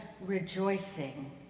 rejoicing